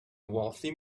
wealthy